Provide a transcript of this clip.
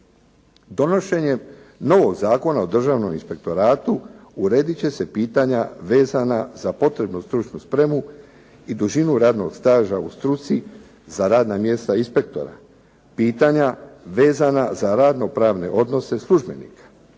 Donošenjem novog Zakona o Državnom inspektoratu uredit će se pitanja vezana za potrebnu stručnu spremu i dužinu radnog staža u struci za radna mjesta inspektora, pitanja vezana za radnopravne odnose službenika.